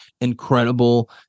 incredible